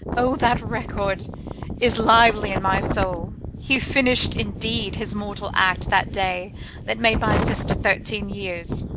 o, that record is lively in my soul! he finished, indeed, his mortal act that day that made my sister thirteen years.